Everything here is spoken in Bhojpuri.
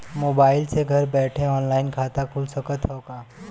मोबाइल से घर बैठे ऑनलाइन खाता खुल सकत हव का?